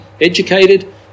educated